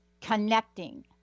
connecting